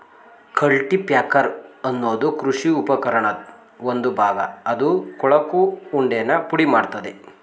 cultipacker ಅನ್ನೋದು ಕೃಷಿ ಉಪಕರಣದ್ ಒಂದು ಭಾಗ ಅದು ಕೊಳಕು ಉಂಡೆನ ಪುಡಿಮಾಡ್ತದೆ